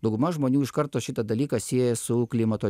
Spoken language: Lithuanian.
dauguma žmonių iš karto šitą dalyką sieja su klimato